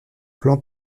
plan